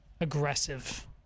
aggressive